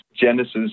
Genesis